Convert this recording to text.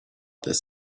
this